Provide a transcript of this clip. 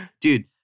Dude